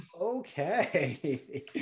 Okay